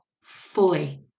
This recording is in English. fully